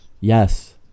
yes